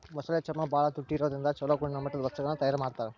ಮೊಸಳೆ ಚರ್ಮ ಬಾಳ ತುಟ್ಟಿ ಇರೋದ್ರಿಂದ ಚೊಲೋ ಗುಣಮಟ್ಟದ ವಸ್ತುಗಳನ್ನ ತಯಾರ್ ಮಾಡ್ತಾರ